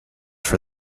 for